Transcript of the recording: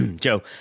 Joe